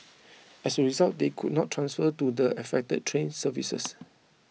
as a result they could not transfer to the affected train services